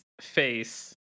face